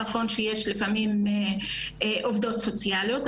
נכון שיש לפעמים עובדות סוציאליות,